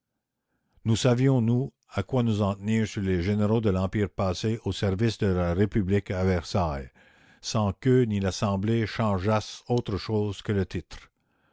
nous savions nous à quoi nous en tenir sur les généraux de l'empire passés au service de la république à versailles sans qu'eux ni l'assemblée changeassent autre chose que le titre